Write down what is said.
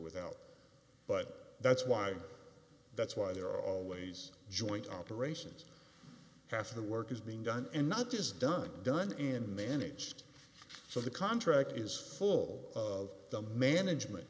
without but that's why that's why they're always joint operations half of the work is being done and not is done done in managed so the contract is full of the management